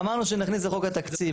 אמרנו שנכניס את זה לחוק התקציב,